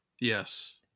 Yes